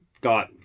got